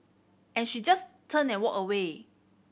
and she just turned and walked away